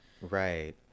Right